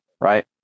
right